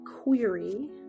query